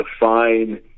define